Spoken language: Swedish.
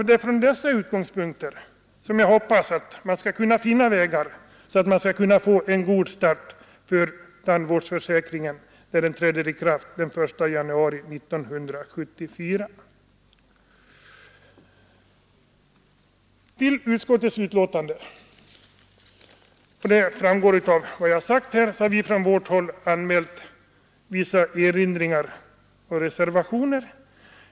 Det är från dessa utgångspunkter jag hoppas att man skall finna vägar att få en god start på tandvårdsförsäkringen, när den träder i kraft den 1 januari 1974. Till utskottsbetänkandet har vi, som jag har nämnt, anmält vissa erinringar och reservationer.